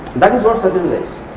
that is what satyendra is.